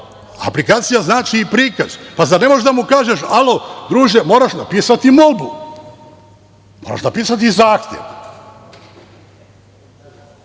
aplikacija znači i prikaz. Zar ne možeš da mu kažem – alo, druže, moraš napisati molbu, moraš napisati zahtev,